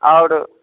आओर